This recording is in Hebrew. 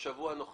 בשבוע הנוכחי.